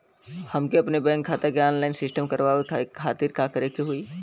हमके अपने बैंक खाता के ऑनलाइन सिस्टम करवावे के खातिर का करे के होई?